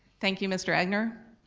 thank you, mr. egnor,